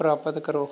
ਪ੍ਰਾਪਤ ਕਰੋ